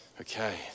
Okay